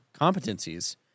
competencies